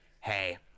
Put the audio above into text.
hey